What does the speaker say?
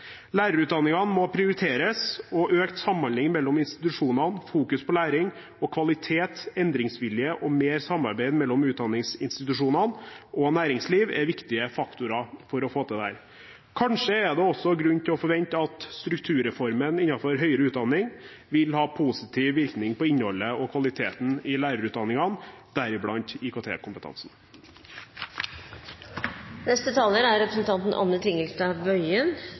Lærerutdanningene må prioriteres, og økt samhandling mellom institusjonene, fokus på læring og kvalitet, endringsvilje og mer samarbeid mellom utdanningsinstitusjonene og næringslivet er viktige faktorer for å få til dette. Kanskje er det også grunn til å forvente at strukturreformen innenfor høyere utdanning vil ha positiv virkning på innholdet og kvaliteten i lærerutdanningene, deriblant